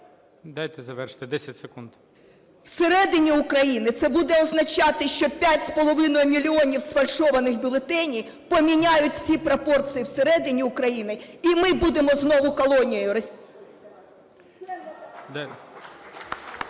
Дайте завершити, 10 секунд. ТИМОШЕНКО Ю.В. … всередині України, це буде означати, що 5,5 мільйонів сфальшованих бюлетенів поміняють всі пропорції всередині України, і ми будемо знову колонією